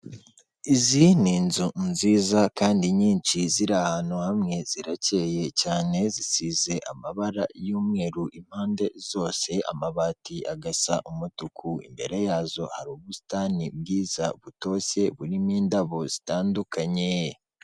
Izi ni inzu nziza kandi nyinshi ziri ahantu hamwe, zirakeye cyane zisize amabara y'umweru impande zose, amabati agasa umutuku, imbere yazo hari ubusitani bwiza butoshye burimo indabo zitandukanye.